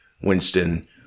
Winston